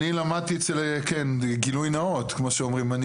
כן גילוי נאות כמו שאומרים,